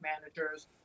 managers